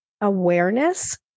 awareness